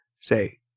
say